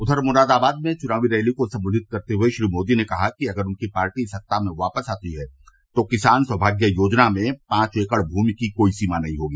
उधर मुरादाबाद में चुनावी रैली को सम्बोधित करते हुए श्री मोदी ने कहा कि अगर उनकी पार्टी सत्ता में वापस आती है तो किसान सौभाग्य योजना में पांच एकड़ भूमि की कोई सीमा नहीं होगी